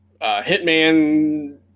hitman